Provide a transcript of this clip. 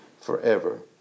forever